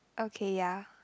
okay ya